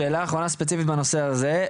שאלה אחרונה ספציפית בנושא הזה.